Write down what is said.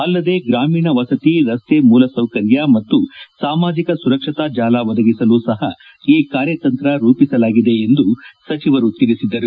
ಅಲ್ಲದೇ ಗ್ರಾಮೀಣ ವಸತಿ ರಸ್ತೆ ಮೂಲಸೌಕರ್ಯ ಮತ್ತು ಸಾಮಾಜಿಕ ಸುರಕ್ಷತಾ ಜಾಲ ಒದಗಿಸಲು ಸಹ ಈ ಕಾರ್ಯತಂತ್ರ ರೂಪಿಸಲಾಗಿದೆ ಎಂದು ಸಚಿವರು ತಿಳಿಸಿದರು